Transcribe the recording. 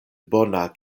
bona